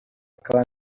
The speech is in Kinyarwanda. kawa